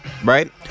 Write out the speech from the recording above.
Right